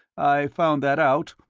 i found that out,